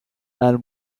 and